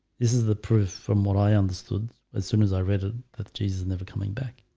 this is the proof from what i understood as soon as i read it that jesus is never coming back.